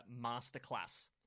Masterclass